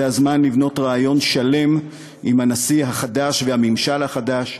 זה הזמן לבנות רעיון שלם עם הנשיא החדש והממשל החדש,